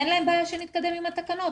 אין להם בעיה שנתקדם עם התקנות.